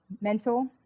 mental